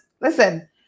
listen